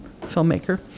filmmaker